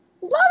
Love